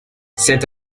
c’est